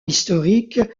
historiques